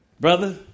Brother